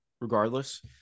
regardless